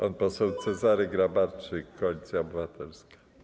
Pan poseł Cezary Grabarczyk, Koalicja Obywatelska.